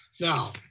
Now